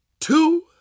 two